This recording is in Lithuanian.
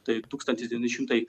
tai tūkstantis devyni šimtai